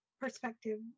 perspective